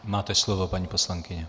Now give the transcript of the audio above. Máte slovo, paní poslankyně.